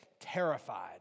terrified